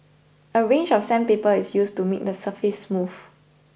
a range of sandpaper is used to make the surface smooth